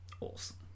Awesome